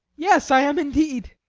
yes, i am indeed!